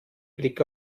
blick